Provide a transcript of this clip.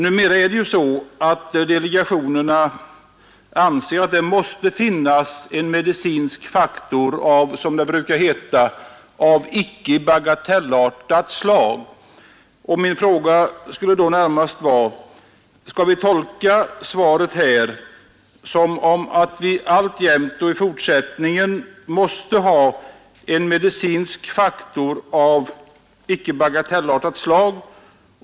Numera anser delegationerna att det måste finnas en medicinsk faktor av, som det brukar heta, icke bagatellartat slag. Min fråga skulle närmast vara: Skall vi tolka interpellationssvaret som om vi i fortsättningen alltjämt måste ha en medicinsk faktor av icke bagatellartat slag?